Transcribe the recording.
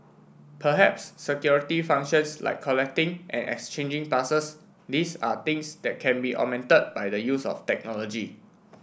perhaps security functions like collecting and exchanging passes these are things that can be augmented by the use of technology